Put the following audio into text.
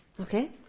Okay